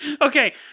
Okay